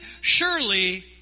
Surely